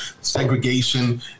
segregation